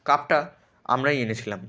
কাপটা আমরাই এনেছিলাম